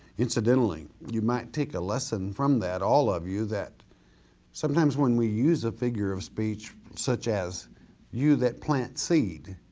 incidentally, you might take a lesson from that, all of you, that sometimes when we use a figure of speech such as you that plant seed,